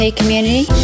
community